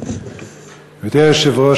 גברתי היושבת-ראש,